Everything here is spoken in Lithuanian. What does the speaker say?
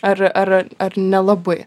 ar ar ar nelabai